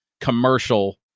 commercial